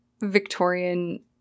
victorian